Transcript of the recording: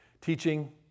Teaching